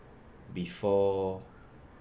before